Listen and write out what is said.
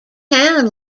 town